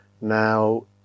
now